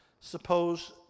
Suppose